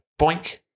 Boink